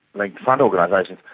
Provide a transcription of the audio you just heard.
like front organisations,